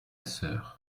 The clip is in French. sœur